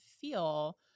feel